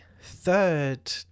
third